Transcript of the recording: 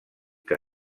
que